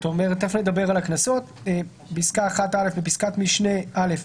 בפסקת משנה (א),